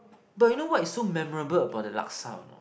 but you know what is so memorable about that laksa or not